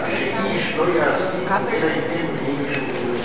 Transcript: שאיש לא יעסיק אלא אם כן מביאים אישור.